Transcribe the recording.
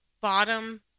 bottom